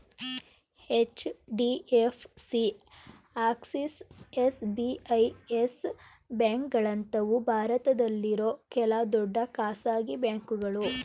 HDFC, Axis, SBI, yes ಬ್ಯಾಂಕ್ಗಳಂತವು ಭಾರತದಲ್ಲಿರೋ ಕೆಲ ದೊಡ್ಡ ಖಾಸಗಿ ಬ್ಯಾಂಕುಗಳು